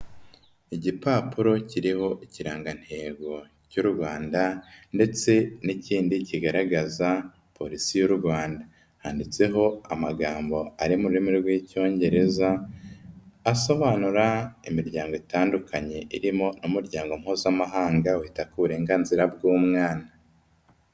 Igipapuro kiriho ikirangantego cy'u Rwanda ndetse n'ikindi kigaragaza polisi y'u Rwanda, handitseho amagambo ari mu rurimi rw'icyongereza asobanura imiryango itandukanye irimo umuryango mpuzamahanga wita ku burenganzira bw'umwana.